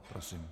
Prosím.